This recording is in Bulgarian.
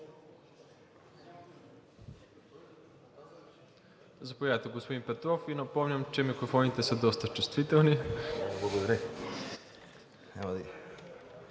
Заповядайте, господин Петров, и Ви напомням, че микрофоните са доста чувствителни. ПЕТЪР